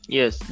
yes